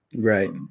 Right